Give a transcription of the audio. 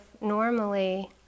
normally